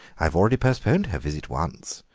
i've already postponed her visit once,